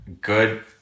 good